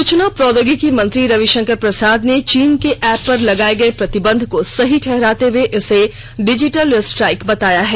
सूचना प्रौद्योगिकी मंत्री रविशंकर प्रसाद ने चीन के ऐप पर लगाए गए प्रतिबंध को सही ठहराते हुए इसे डिजिटल स्ट्राइक बताया है